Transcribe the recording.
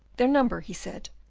their number, he said,